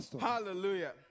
Hallelujah